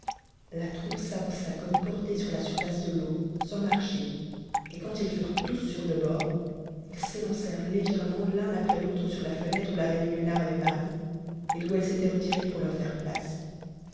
la troupe s'avança comme portée sur la surihce de t'eau sans marcher et quand ils furent tous sur le bord ils s'ë mcë cm tëgèrement l'un après l'autre sur la fenêtre où la reine gulnare avait paru et d'où elle s'était retirée pour leur ire place